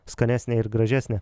skanesnė ir gražesnė